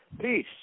Peace